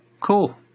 cool